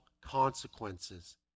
consequences